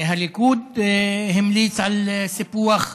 הליכוד המליץ על סיפוח,